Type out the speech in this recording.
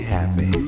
happy